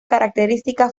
característica